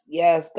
yes